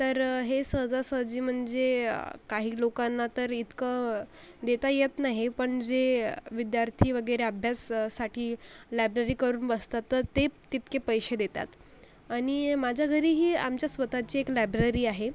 तर हे सहजासहजी म्हणजे काही लोकांना तर इतकं देता येत नाही पण जे विद्यार्थी वगैरे अभ्यास साठी लायब्ररी करून बसतात तर ते तितके पैसे देतात आणि माझ्या घरीही आमच्या स्वतःची एक लायब्ररी आहे